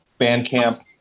Bandcamp